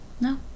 No